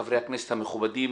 חברי הכנסת המכובדים,